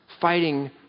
fighting